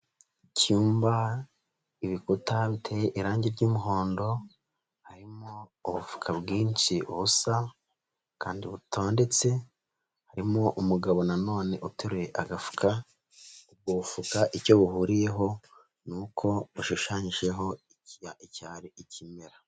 Icyumba ibikuta biteye irange ry'umuhondo harimo ubufuka bwinshi ubusa kandi butondetse, harimo umugabo nanone uteruye agafuka, ubufuka icyo buhuriyeho ni uko bushushanyijeho icyari ikimera.